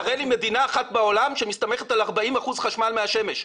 תראה לי מדינה אחת בעולם שמסתמכת על 40 אחוזים חשמל מהשמש.